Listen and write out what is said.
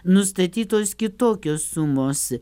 nustatytos kitokios sumos